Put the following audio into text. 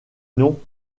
non